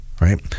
right